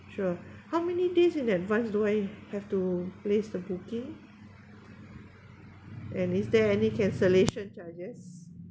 sure how many days in advance do I have to place the booking and is there any cancellation charges